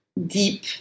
deep